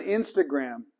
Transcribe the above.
instagram